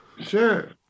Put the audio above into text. Sure